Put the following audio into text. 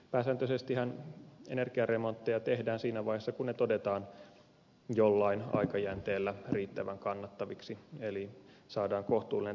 pääsääntöisestihän energiaremontteja tehdään siinä vaiheessa kun ne todetaan jollain aikajänteellä riittävän kannattaviksi eli saadaan kohtuullinen takaisinmaksuaika